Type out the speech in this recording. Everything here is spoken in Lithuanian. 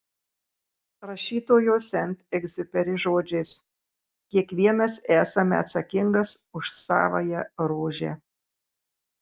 rašytojo sent egziuperi žodžiais kiekvienas esame atsakingas už savąją rožę